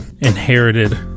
inherited